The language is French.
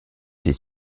des